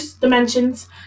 dimensions